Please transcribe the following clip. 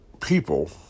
people